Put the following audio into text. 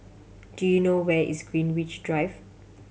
do you know where is Greenwich Drive